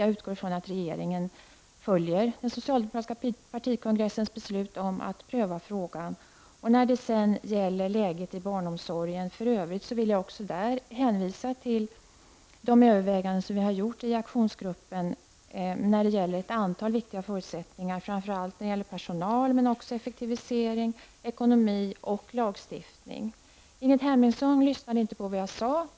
Jag utgår ifrån att regeringen följer den socialdemokratiska partikongressens beslut om att pröva frågan. När det gäller läget i barnomsorgen i övrigt vill jag hänvisa till de överväganden som vi har gjort i aktionsgruppen ett antal viktiga i fråga om förutsättningar, framför allt när det gäller personal men också när det gäller effektivisering, ekonomi och lagstiftning. Ingrid Hemmingsson lyssnade inte på vad jag sade.